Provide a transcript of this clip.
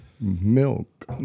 milk